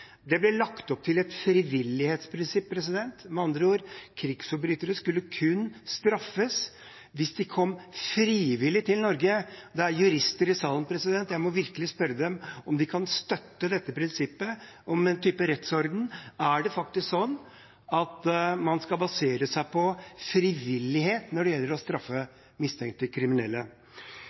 Det ble lagt opp til et frivillighetsprinsipp. Med andre ord: Krigsforbrytere skulle kun straffes hvis de kom frivillig til Norge. Det er jurister i salen her, og jeg må virkelig spørre dem om de kan støtte prinsippet om en slik rettsorden. Skal man faktisk basere seg på frivillighet når det gjelder å straffe mistenkte kriminelle?